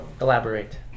Elaborate